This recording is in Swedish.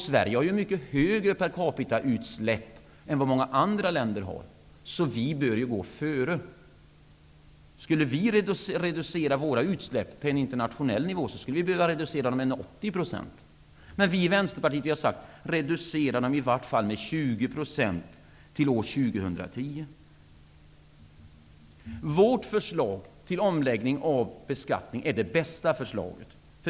Sverige har mycket högre utsläpp per capita än vad många andra länder har, så vi bör gå före. Skulle vi reducera våra utsläpp till en internationell nivå skulle vi behöva reducera dem med 80 %. Vi i Vänsterpartiet har sagt att man åtminstone skall reducera dem med 20 % till år Vårt förslag till omläggning av beskattning är det bästa förslaget.